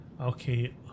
Okay